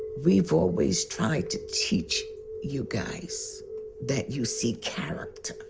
we've always tried to teach you guys that you see character